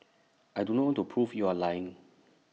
I do not to prove you are lying